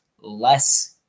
less –